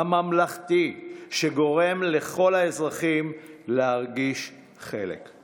הממלכתי, שגורם לכל האזרחים להרגיש חלק.